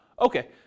okay